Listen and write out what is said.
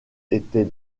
était